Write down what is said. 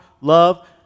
love